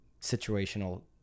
situational